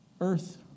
earth